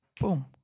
Boom